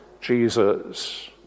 Jesus